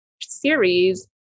series